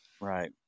Right